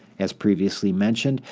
as previously mentioned,